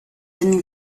and